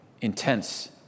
intense